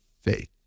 faith